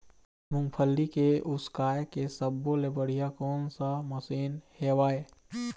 मूंगफली के उसकाय के सब्बो ले बढ़िया कोन सा मशीन हेवय?